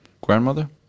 grandmother